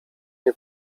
nie